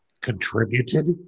contributed